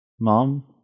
Mom